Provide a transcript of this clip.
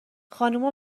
خانوما